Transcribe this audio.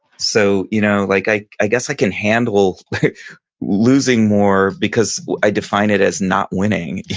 so you know like i i guess i can handle losing more, because i define it as not winning,